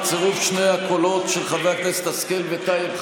בצירוף שני הקולות של חברי הכנסת השכל וטייב,